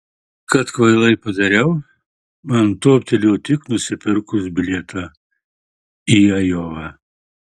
kad kvailai padariau man toptelėjo tik nusipirkus bilietą į ajovą